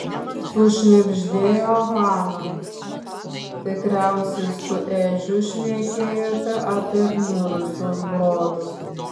sušnibždėjo hana tikriausiai su edžiu šnekėjote apie mirusius brolius